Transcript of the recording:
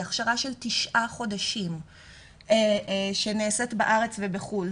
היא הכשרה של תשעה חודשים שנעשית בארץ ובחו"ל,